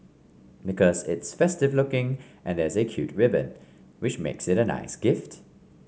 because it's festive looking and there's a cute ribbon which makes it a nice gift